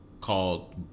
called